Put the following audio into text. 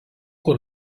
kur